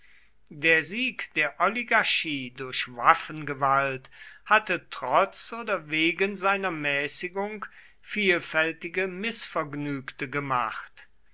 der sieg der oligarchie durch waffengewalt hatte trotz oder wegen seiner mäßigung vielfältige mißvergnügte gemacht